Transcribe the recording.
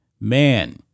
Man